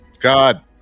God